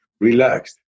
Relaxed